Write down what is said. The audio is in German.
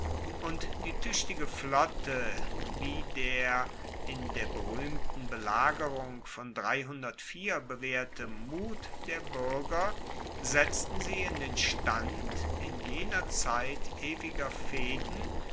und die tuechtige flotte wie der in der beruehmten belagerung von bewaehrte mut der buerger setzten sie in den stand in jener zeit ewiger fehden